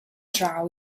draw